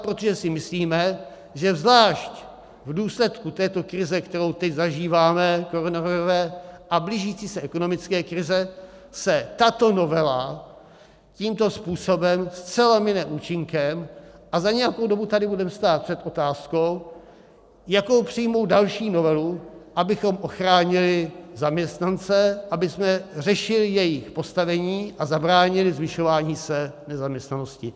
Protože si myslíme, že zvlášť v důsledku této krize, kterou teď zažíváme, koronavirové, a blížící se ekonomické krize se tato novela tímto způsobem zcela mine účinkem a za nějakou dobu tady budeme stát před otázkou, jakou přijmout další novelu, abychom ochránili zaměstnance, abychom řešili jejich postavení a zabránili zvyšování nezaměstnanosti.